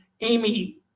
Amy